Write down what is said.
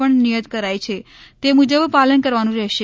પણ નિયત કરાઇ છે તે મુજબ પાલન કરવાનું રહેશે